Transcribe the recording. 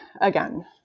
again